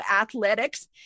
athletics